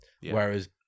Whereas